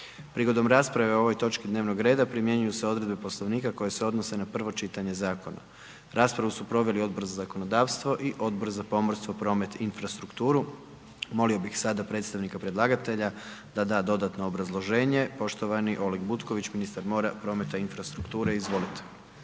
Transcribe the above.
Prigodom rasprave o ovoj točci dnevnog reda, primjenjuju se odredbe poslovnika, koji se odnose na prvo čitanje Zakona. Raspravu su proveli Odbor za zakonodavstvo i Odbor za pomorstvo, promet i infrastrukturu. Molio bi sada predstavnika predlagatelja da dodatno obrazloženje, poštovani Oleg Butković, ministar mora, prometa i infrastrukture, izvolite.